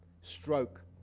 Stroke